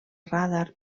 radar